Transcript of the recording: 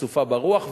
סופה ורוח,